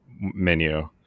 menu